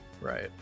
right